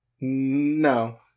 no